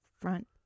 front